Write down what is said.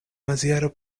maziero